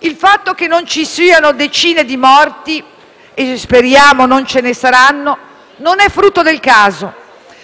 Il fatto che non ci siano decine di morti (e speriamo non ce ne saranno) non è frutto del caso,